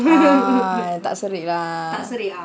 ah tak serik lah